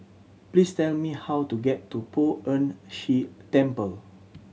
please tell me how to get to Poh Ern Shih Temple